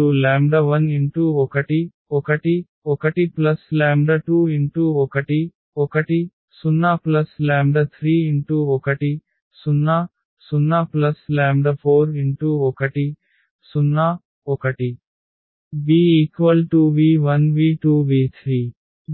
v1 v2 v3 11 1 1 21 1 0 31 0 0 41 0 1 Bv1 v2 v3